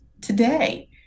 today